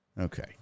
Okay